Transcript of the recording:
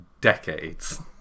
decades